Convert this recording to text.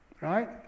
Right